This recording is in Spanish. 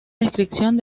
descripción